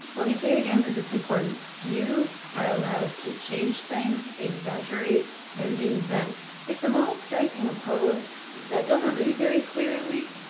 let me say it again because it's important you are allowed to change things, exaggerate, and invent. if the model is striking a pose that doesn't read very clearly,